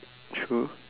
true